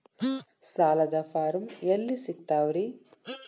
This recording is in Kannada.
ಸಾಲದ ಫಾರಂ ಎಲ್ಲಿ ಸಿಕ್ತಾವ್ರಿ?